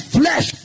flesh